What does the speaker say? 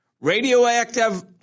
Radioactive